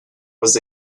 was